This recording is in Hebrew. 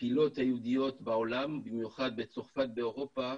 הקהילות היהודיות בעולם, במיוחד בצרפת ובאירופה,